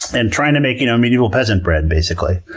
and trying to make you know medieval peasant bread, basically.